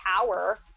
power